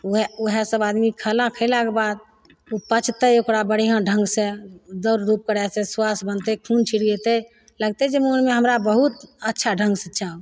वएह वएह सब खाना खएलाके बाद पचतै ओकरा बढ़िआँ ढङ्गसे दौड़धूप करैसे स्वास्थ्य बनतै खून छिड़िएतै लगतै जे मोनमे हमरा बहुत अच्छा ढङ्गसे चाव